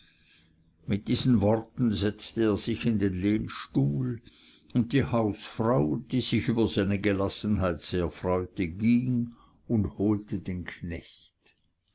mit diesen worten setzte er sich in den lehnstuhl und die hausfrau die sich über seine gelassenheit sehr freute ging und holte den knecht